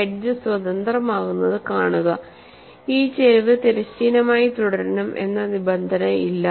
edge സ്വതന്ത്രമാകുന്നത് കാണുക ഈ ചരിവ് തിരശ്ചീനമായി തുടരണം എന്ന നിബന്ധന ഇല്ല